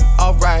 alright